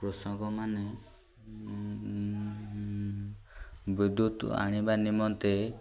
କୃଷକମାନେ ବିଦ୍ୟୁତ ଆଣିବା ନିମନ୍ତେ